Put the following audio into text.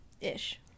ish